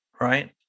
Right